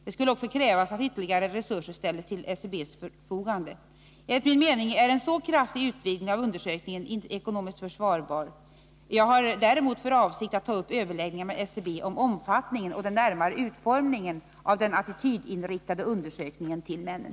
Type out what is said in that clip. Det skulle också krävas att ytterligare resurser ställdes till SCB:s förfogande. Enligt min mening är en så kraftig utvidgning av undersökningen inte ekonomiskt försvarbar. Jag har däremot för avsikt att ta upp överläggningar med SCB om omfattningen och den närmare utformningen av den attitydundersökning som gäller männen.